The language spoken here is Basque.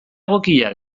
egokia